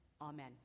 Amen